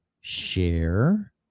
share